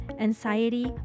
anxiety